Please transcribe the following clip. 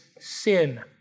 sin